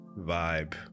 vibe